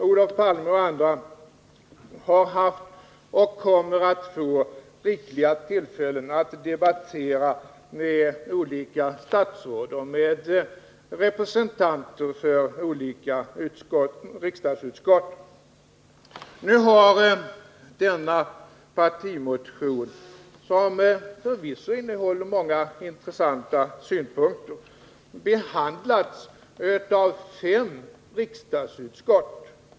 Olof Palme och andra har haft och kommer att få rikliga tillfällen att debattera med olika statsråd och med representanter för olika riksdagsutskott. Nu har denna partimotion, som förvisso innehåller många intressanta synpunkter, behandlats av fem riksdagsutskott.